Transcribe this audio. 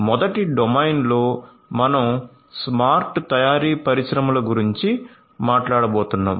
మొదటి డొమైన్లో మనం స్మార్ట్ తయారీ పరిశ్రమల గురించి మాట్లాడబోతున్నాం